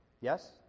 yes